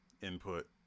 input